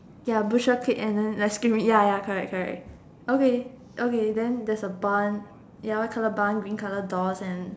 ya bushes clip and then like screaming ya ya correct correct okay okay then there's a bun ya white colour bun green colour doors and